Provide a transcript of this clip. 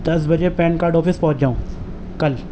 دس بجے pan card office پہنچ جاؤں کل